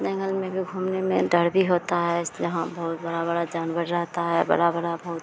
जंगल में भी घूमने में डर भी होता है इस यहाँ बहुत बड़ा बड़ा जानवर रहता है बड़ा बड़ा बहुत